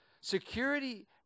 Security